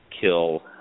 kill